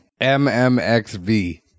M-M-X-V